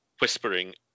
whispering